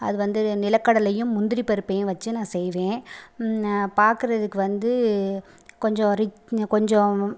அது வந்து நிலக்கடலையும் முந்திரி பருப்பையும் வச்சு நான் செய்வேன் பார்க்கறதுக்கு வந்து கொஞ்சம் ரிச் கொஞ்சம்